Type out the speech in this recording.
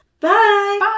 Bye